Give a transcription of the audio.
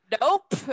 Nope